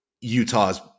Utah's